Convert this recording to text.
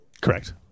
Correct